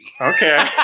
Okay